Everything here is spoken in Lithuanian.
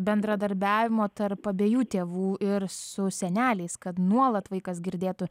bendradarbiavimo tarp abiejų tėvų ir su seneliais kad nuolat vaikas girdėtų